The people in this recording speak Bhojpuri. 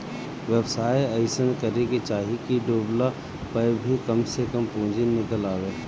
व्यवसाय अइसन करे के चाही की डूबला पअ भी कम से कम पूंजी निकल आवे